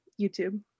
YouTube